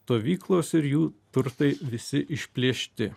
stovyklos ir jų turtai visi išplėšti